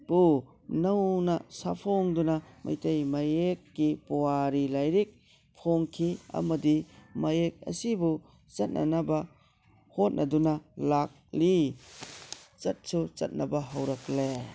ꯄꯨ ꯅꯧꯅ ꯁꯥꯐꯣꯡꯗꯨꯅ ꯃꯇꯩ ꯃꯌꯦꯛꯀꯤ ꯄꯨꯋꯥꯔꯤ ꯂꯥꯏꯔꯤꯛ ꯐꯣꯡꯈꯤ ꯑꯃꯗꯤ ꯃꯌꯦꯛ ꯑꯁꯕꯨ ꯆꯠꯅꯅꯕ ꯍꯣꯠꯅꯗꯨ ꯂꯥꯛꯂꯤ ꯆꯠꯁꯨ ꯆꯠꯅꯕ ꯍꯧꯔꯛꯂꯦ